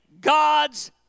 God's